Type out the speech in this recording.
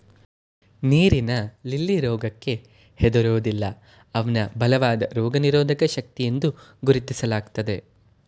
ನೀರಿನ ಲಿಲ್ಲಿ ರೋಗಕ್ಕೆ ಹೆದರೋದಿಲ್ಲ ಅವ್ನ ಬಲವಾದ ರೋಗನಿರೋಧಕ ಶಕ್ತಿಯೆಂದು ಗುರುತಿಸ್ಲಾಗ್ತದೆ